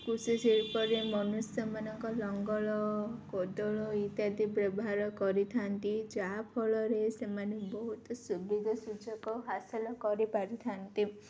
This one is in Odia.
କୃଷି ଶିଳ୍ପରେ ମନୁଷ୍ୟମାନଙ୍କ ଲଙ୍ଗଳ କୋଦାଳ ଇତ୍ୟାଦି ବ୍ୟବହାର କରିଥାନ୍ତି ଯାହାଫଳରେ ସେମାନେ ବହୁତ ସୁବିଧା ସୁଯୋଗ ହାସଲ କରିପାରିଥାନ୍ତି